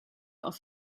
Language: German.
auf